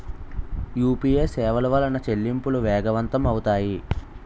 UPA సేవల వలన చెల్లింపులు వేగవంతం అవుతాయి